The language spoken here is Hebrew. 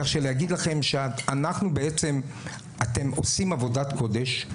כדי להגיד לכם שאתם עושים עבודת קודש,